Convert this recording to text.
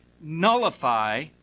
nullify